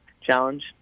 challenge